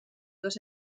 dos